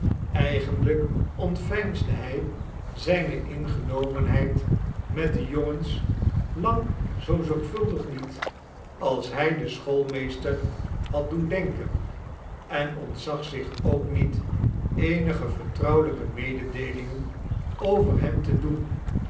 eigenlijk ontveinsde hij zijne ingenomenheid met de jongens lang zoo zorgvuldig niet als hij den schoolmeester had doen denken en ontzag zich ook niet eenige vertrouwelijke mededeelingen over hen te doen